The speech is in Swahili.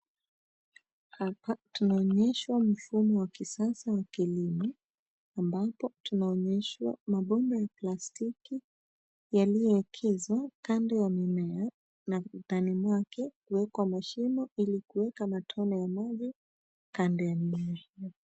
Hapa tunaonyeshwa mfumo wa kisasa wa kilimo ambapo tunaonyeshwa mabomba ya plastiki yaliyoekezwa kando ya mimea na ndani mwake kuwekwa mashimo ilikuweka matone ya maji kando ya mimea hio.